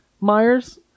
Myers